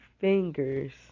fingers